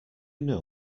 know